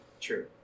True